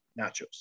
nachos